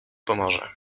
pomoże